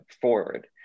forward